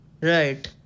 Right